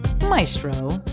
maestro